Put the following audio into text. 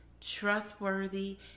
trustworthy